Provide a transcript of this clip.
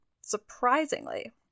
surprisingly